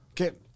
Okay